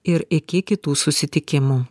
ir iki kitų susitikimų